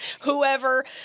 Whoever